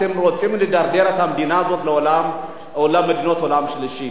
אתם רוצים לדרדר את המדינה הזאת למדינות העולם השלישי.